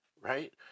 right